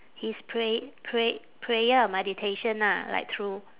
his pray~ pray~ prayer or meditation ah like through